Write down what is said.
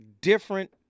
different